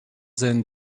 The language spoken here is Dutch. zijn